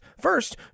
First